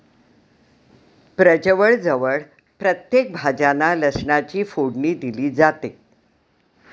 प्रजवळ जवळ प्रत्येक भाज्यांना लसणाची फोडणी दिली जाते